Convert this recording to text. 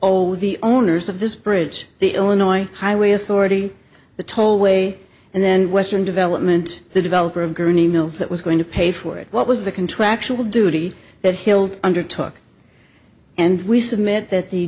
over the owners of this bridge the illinois highway authority the toll way and then western development the developer of gurney mills that was going to pay for it what was the contractual duty that hild undertook and we submit that the